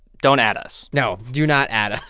don't at us no, do not at us.